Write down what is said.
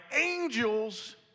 angels